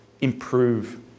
improve